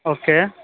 okay